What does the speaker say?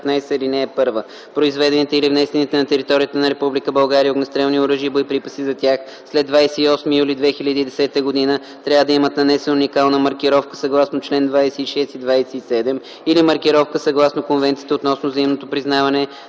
15: „§ 15. (1) Произведените или внесените на територията на Република България огнестрелни оръжия и боеприпаси за тях след 28 юли 2010 г. трябва да имат нанесена уникална маркировка съгласно чл. 26 и 27 или маркировка съгласно Конвенцията относно взаимното признаване